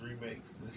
remakes